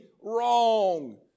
wrong